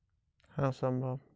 এঁটেল মাটিতে কি গম চাষ সম্ভব?